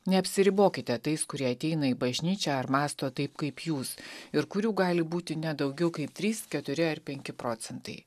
neapsiribokite tais kurie ateina į bažnyčią ar mąsto taip kaip jūs ir kurių gali būti ne daugiau kaip trys keturi ar penki procentai